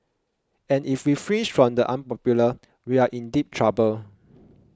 and if we flinch from the unpopular we are in deep trouble